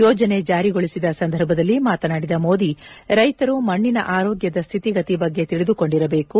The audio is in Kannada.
ಯೋಜನೆ ಜಾರಿಗೊಳಿಸಿದ ಸಂದರ್ಭದಲ್ಲಿ ಮಾತನಾಡಿದ ಮೋದಿ ರೈತರು ಮಣ್ಣಿನ ಆರೋಗ್ಯದ ಸ್ವಿತಿಗತಿ ಬಗ್ಗೆ ತಿಳಿದುಕೊಂಡಿರಬೇಕು